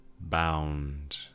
Bound